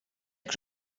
que